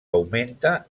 augmenta